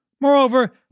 Moreover